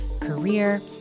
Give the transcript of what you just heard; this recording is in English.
career